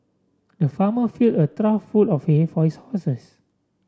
the farmer filled a trough full of hay for his horses